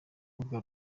rubuga